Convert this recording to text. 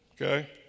okay